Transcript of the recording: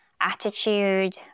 attitude